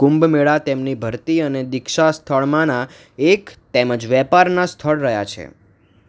કુંભ મેળા તેમની ભરતી અને દીક્ષા સ્થળમાંના એક તેમજ વેપારનાં સ્થળ રહ્યા છે